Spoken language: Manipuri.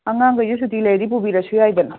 ꯑꯉꯥꯡꯈꯩꯁꯨ ꯁꯤꯇꯤ ꯂꯩꯔꯗꯤ ꯄꯨꯕꯤꯔꯁꯨ ꯌꯥꯏꯗꯅ